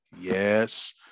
Yes